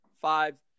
five